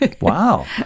Wow